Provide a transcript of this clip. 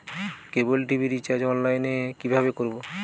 কেবল TV recharge online এ কিভাবে করব?